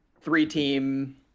three-team